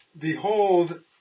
behold